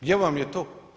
Gdje vam je to?